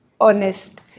honest